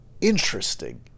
interesting